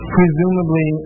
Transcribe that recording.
Presumably